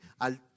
al